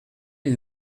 ils